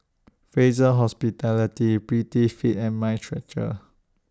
Fraser Hospitality Prettyfit and Mind Stretcher